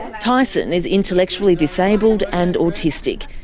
tyson is intellectually disabled and autistic.